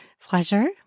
pleasure